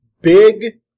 big